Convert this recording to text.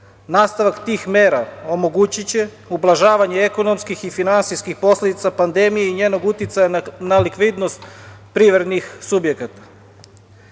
tih mera omogućiće ublažavanje ekonomskih i finansijskih posledica pandemije i njenog uticaja na likvidnost privrednih subjekata.